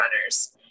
runners